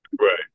Right